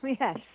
Yes